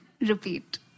Repeat